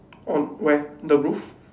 on where the roof